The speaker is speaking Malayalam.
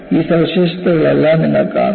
ഈ സവിശേഷതകളെല്ലാം നിങ്ങൾ കാണും